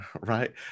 right